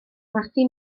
gwersi